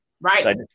Right